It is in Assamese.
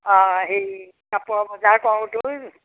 অঁ এই কাপোৰৰ বজাৰ কৰোঁতেও